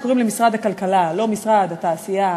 קוראים למשרד הכלכלה "משרד התעשייה,